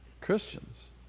Christians